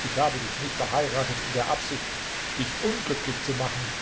ich habe dich nicht verheiratet in der absicht dich unglücklich zu machen